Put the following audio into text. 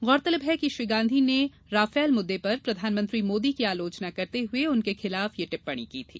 गौरतलब है कि श्री गांधी ने राफेल मुद्दे पर प्रधानमंत्री मोदी की आलोचना करते हुए उनके खिलाफ यह टिप्पणी की थी